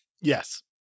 Yes